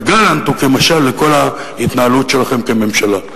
וגלנט הוא כמשל לכל ההתנהלות שלכם כממשלה.